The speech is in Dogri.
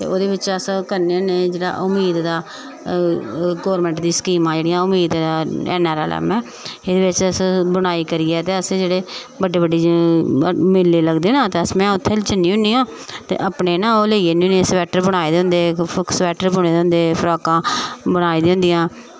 ते ओह्दे बिच अस करने होने जेह्ड़े उम्मीद दा गौरमेंट दियां स्कीमां जेह्ड़ियां उम्मीद एन आर एल एम एह्दे बिच अस बुनाई करियै ते अस जेह्ड़े बड्डे बड्डे मेले लगदे ना अस में उत्थें जन्नी होनी आं ते अपने ना ओह् लेई जन्नी होनी स्वेटर बनाए दे होंदे स्वेटर बुने दे होंदे फ्राकां बनाई दियां होंदियां